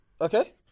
okay